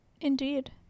Indeed